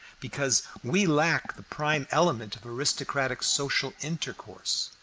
because we lack the prime element of aristocratic social intercourse,